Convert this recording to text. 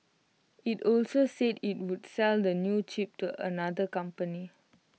IT also said IT would sell the new chip to other companies